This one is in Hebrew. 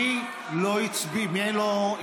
מי לא הצביע?